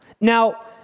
Now